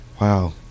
wow